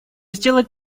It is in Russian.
сделать